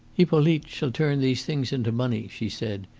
hippolyte shall turn these things into money, she said.